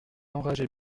enragé